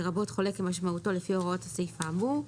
לרבות חולה כמשמעותו לפי הוראות הסעיף האמור,